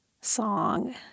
song